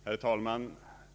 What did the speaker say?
Herr talman!